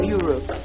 Europe